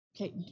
okay